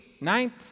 ninth